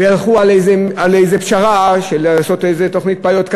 הלכו על איזו פשרה של לעשות איזו תוכנית פיילוט,